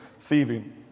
thieving